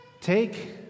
Take